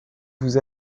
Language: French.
vous